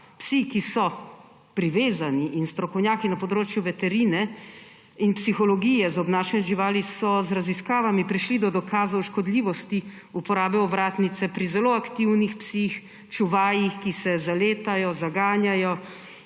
psih, ki so privezani. Strokovnjaki na področju veterine in psihologije za obnašanje živali so z raziskavami prišli do dokazov o škodljivosti uporabe ovratnice pri zelo aktivnih psih, čuvajih, ki se zaletajo, zaganjajo,